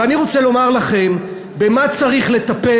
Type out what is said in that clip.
ואני רוצה לומר לכם במה צריך לטפל